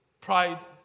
pride